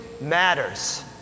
matters